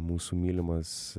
mūsų mylimas